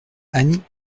annie